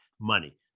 money